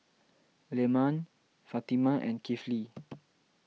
Leman Fatimah and Kifli